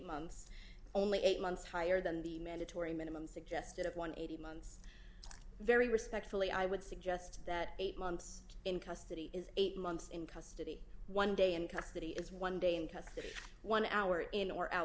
months only eight months higher than the mandatory minimum suggested of one hundred and eighty months very respectfully i would suggest that eight months in custody is eight months in custody one day in custody is one day in custody one hour in or out